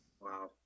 Wow